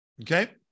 Okay